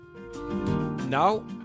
Now